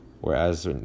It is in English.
Whereas